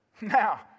Now